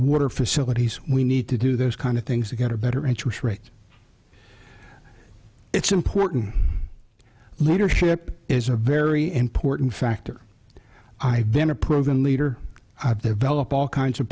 water facilities we need to do those kind of things to get a better interest rate it's important leadership is a very important factor i've been a program leader of the vel of all kinds of